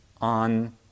on